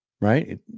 right